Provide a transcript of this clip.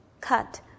cut